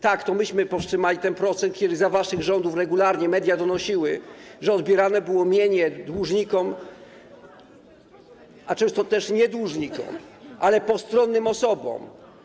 Tak, to my powstrzymaliśmy ten proces, podczas kiedy za waszych rządów regularnie media donosiły, że odbierane było mienie dłużnikom, a często też nie dłużnikom, ale postronnym osobom.